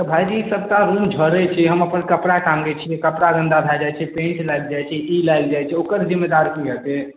तऽ भाइजी सभटा रूम झड़ैत छै हम अपन कपड़ा टाङ्गैत छियै कपड़ा गन्दा भए जाइत छै पेन्ट लागि जाइत छै ई लागि जाइत छै ओकर जिमेदार केँ होयतै